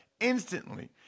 instantly